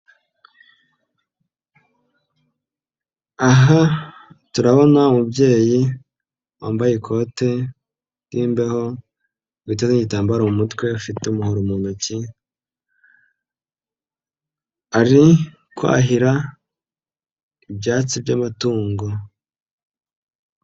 Aha turabona umubyeyi, wambaye ikote ry'imbeho, witeze igitambaro mu mutwe, ufite umuhoro mu ntoki, ari kwahira ibyatsi by'amatungo.